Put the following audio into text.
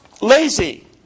lazy